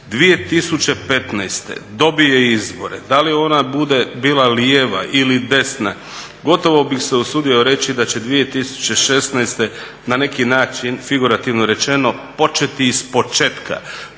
2015. dobije izbore, da li ona bude bila lijeva ili desna, gotovo bih se usudio reći da će 2016. na neki način figurativno rečeno početi ispočetka,